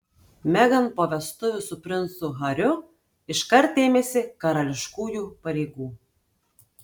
meghan po vestuvių su princu hariu iškart ėmėsi karališkųjų pareigų